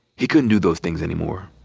he couldn't do those things anymore.